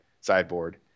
sideboard